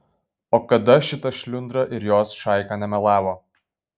o kada šita šliundra ir jos šaika nemelavo